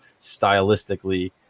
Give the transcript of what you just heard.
stylistically